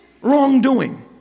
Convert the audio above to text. wrongdoing